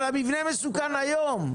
אבל המבנה מסוכן היום.